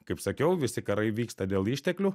kaip sakiau visi karai vyksta dėl išteklių